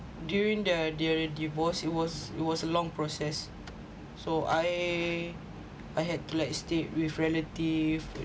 during the the divorce it was it was a long process so I I had to like stay with relatives